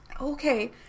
Okay